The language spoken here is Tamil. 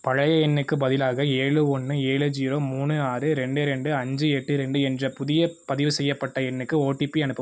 பழைய எண்ணுக்குப் பதிலாக ஏழு ஒன்று ஏழு ஜீரோ மூணு ஆறு ரெண்டு ரெண்டு அஞ்சு எட்டு ரெண்டு என்ற புதிய பதிவு செய்யப்பட்ட எண்ணுக்கு ஓடிபி அனுப்பு